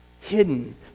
hidden